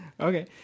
Okay